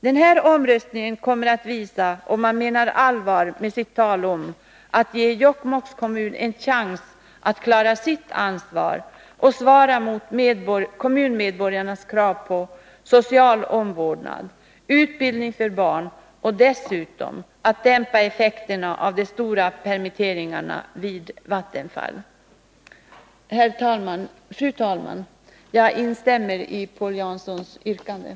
Den här omröstningen kommer att visa om man menar allvar Nr 118 med sitt tal om att ge Jokkmokks kommun en chans att klara sitt ansvar och Onsdagen den uppfylla kommunmedborgarnas krav på social omvårdnad och utbildning för 14 april 1982 barn och dessutom att dämpa effekterna av de stora permitteringarna vid Vattenfall. Den kommunala Fru talman! Jag instämmer i Paul Janssons yrkanden.